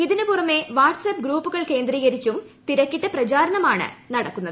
ഇതിനു പുറമെ വാട്ട്സാപ്പ് ഗ്രുപ്പുകൾ കേന്ദ്രീകരിച്ചും തിരക്കിട്ട പ്രചാരണം ആണ് നടക്കുന്നത്